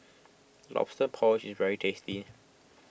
Lobster Porridge is very tasty